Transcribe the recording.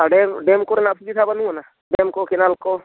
dam dam ᱠᱚᱨᱮᱱᱟᱜ ᱥᱩᱵᱤᱫᱷᱟ ᱵᱟᱹᱱᱩᱜ ᱟᱱᱟ ᱰᱮᱢ ᱠᱚ ᱠᱮᱱᱮᱞ ᱠᱚ